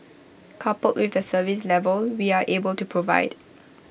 coupled with the service level we are able to provide